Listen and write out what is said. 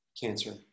cancer